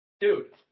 dude